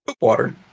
water